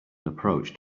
approached